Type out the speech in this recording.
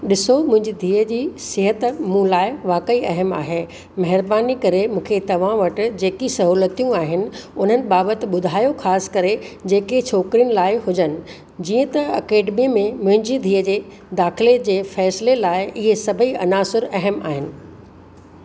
ॾिसो मुंहिंजी धीअ जी सिहत मूं लाइ वाक़ई अहमु आहे महिरबानी करे मूंखे तव्हां वटि जेकी सहूलतियूं आहिनि उन्हनि ॿाॿति ॿुधायो ख़ासि करे जेके छोकिरियुनि लाइ हुजनि जीअं त अकेडमी में मुंहिंजी धीअ जे दाख़िले जे फ़ैसिले लाइ इहे सभई अनासर अहमु आहिनि